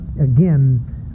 again